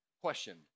Question